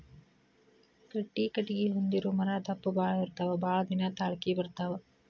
ಗಟ್ಟಿ ಕಟಗಿ ಹೊಂದಿರು ಮರಾ ದಪ್ಪ ಬಾಳ ಇರತಾವ ಬಾಳದಿನಾ ತಾಳಕಿ ಬರತಾವ